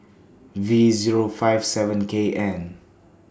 V Zero five seven K N